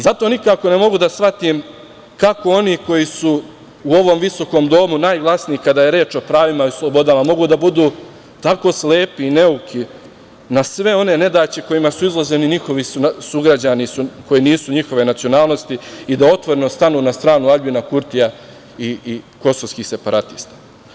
Zato nikako ne mogu da shvatim kako oni koji su u ovom visokom domu najglasniji kada je reč o pravima i slobodama mogu da budu tako slepi i neuki na sve one nedaće kojima su izloženi njihovi sugrađani koji nisu njihove nacionalnosti i da otvoreno stanu na stranu Aljbina Kurtija i kosovskih separatista.